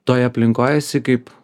toj aplinkoj esi kaip